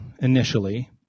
initially